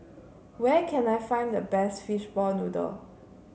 where can I find the best Fishball Noodle